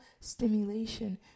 stimulation